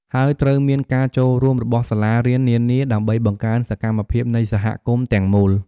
ហើយត្រូវមានការចូលរួមរបស់សាលារៀននានា ដើម្បីបង្កើនសកម្មភាពនៃសហគមន៍ទាំងមូល។